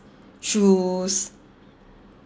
shoes